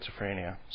schizophrenia